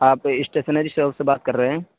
آپ stationery shop سے بات کر رہے ہیں